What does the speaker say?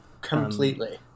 completely